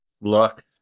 luck